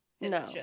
No